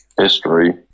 History